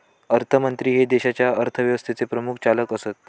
अर्थमंत्री हे देशाच्या अर्थव्यवस्थेचे प्रमुख चालक असतत